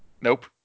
Nope